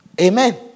Amen